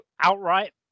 outright